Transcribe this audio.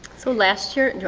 so last year,